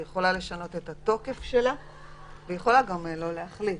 היא יכולה לשנות את התוקף שלה והיא יכולה גם לא להחליט.